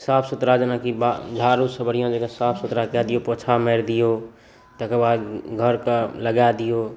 साफ सुथरा जेनाकि झाड़ू सॅं साफ सुथरा कऽ दियौ पोछा मारि दियौ तकर बाद घरके लगा दियौ